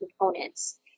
components